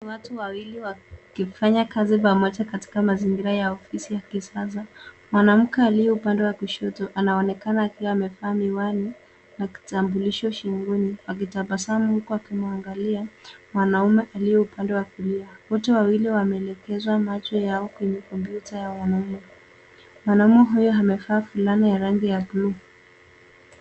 Watu wawili wakifanya kazi pamoja katika mazingira ya ofisi ya kisasa. Mwanamke aliye upande wa kushoto anaonekana akiwa amevaa miwani na kitambulisho shingoni akitabasamu huku akimwangalia mwanaume aliye upande wa kulia. Wote wawili wame elegeza macho Yao kwenye kompyuta. mwanaume huyo amevaa fulana ya rangi ya blue